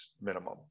minimum